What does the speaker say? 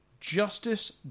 Justice